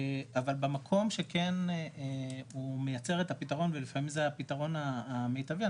אבל במקום שכן הוא מייצר את הפתרון ולפעמים זה הפתרון המיטבי,